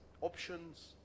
options